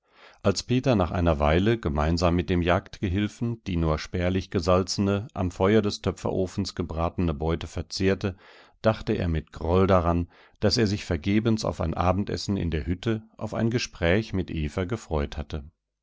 als peter nach einer weile gemeinsam mit dem jagdgehilfen die nur spärlich gesalzene am feuer des töpferofens gebratene beute verzehrte dachte er mit groll daran daß er sich vergebens auf ein abendessen in der hütte auf ein gespräch mit eva gefreut hatte